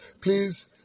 Please